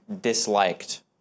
disliked